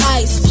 ice